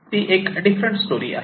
ती एक different story आहे